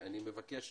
אני מבקש